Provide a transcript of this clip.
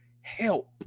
help